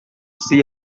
see